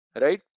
right